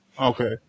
Okay